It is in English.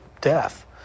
death